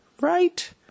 right